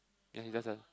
ya he doesn't